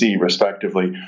respectively